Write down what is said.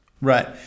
Right